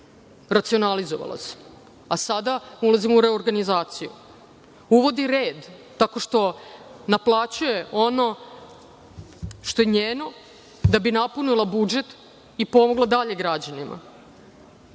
Racionalizovalo se, a sada ulazimo u reorganizaciju. Uvodi red tako što naplaćuje ono što je njeno da bi napunila budžet i pomogla dalje građanima. Pričala